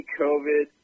covid